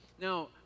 Now